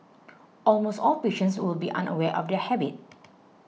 almost all patients will be unaware of their habit